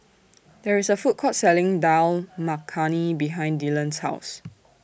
There IS A Food Court Selling Dal Makhani behind Dillan's House